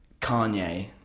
kanye